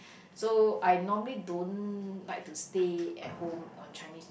so I normally don't like to stay at home on Chinese New